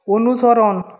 অনুসরণ